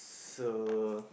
so